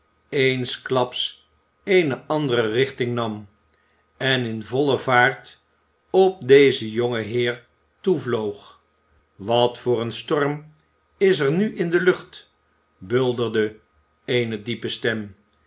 eensklaps eene andere richting nam en in volle vaart op dezen jongen heer toevloog wat voor een storm is er nu in de lucht bulderde eene diepe stem